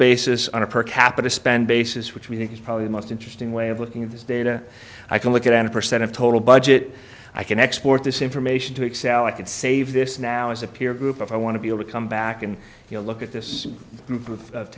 basis on a per capita spend basis which we think is probably the most interesting way of looking at this data i can look at an a percent of total budget i can export this information to excel i could save this now as a peer group i want to be able to come back and you know look at this